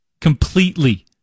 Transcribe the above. completely